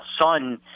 son